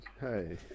Hey